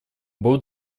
был